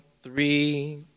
three